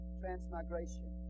transmigration